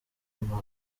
mpa